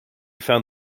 found